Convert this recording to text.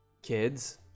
kids